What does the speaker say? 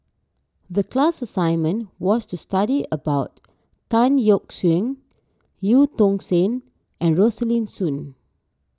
the class assignment was to study about Tan Yeok Seong Eu Tong Sen and Rosaline Soon